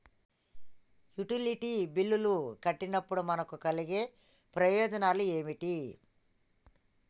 Utility బిల్లులు కట్టినప్పుడు మనకు కలిగే ప్రయోజనాలు ఏమిటి?